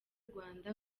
rwanda